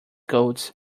codes